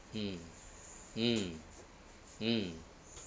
mm mm mm